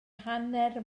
hanner